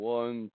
one